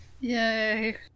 Yay